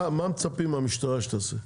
אבל מה מצפים מהמשטרה שתעשה?